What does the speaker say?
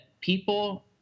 people